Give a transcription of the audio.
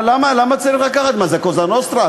למה צריך לקחת, מה זה, "קוזה נוסטרה"?